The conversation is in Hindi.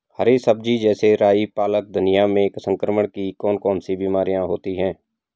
हरी सब्जी जैसे राई पालक धनिया में संक्रमण की कौन कौन सी बीमारियां होती हैं?